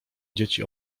dzieci